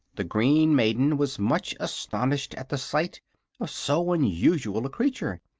the green maiden was much astonished at the sight of so unusual a creature,